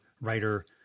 writer